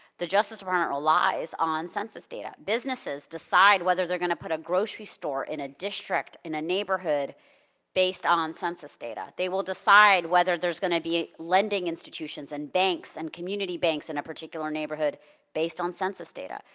the justice runner relies on census data. businesses decide whether they're gonna put a grocery store in a district, in a neighborhood based on census data. they will decide whether there's gonna be lending institutions and banks and community banks in a particular neighborhood based on census data.